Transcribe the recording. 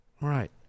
Right